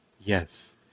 Yes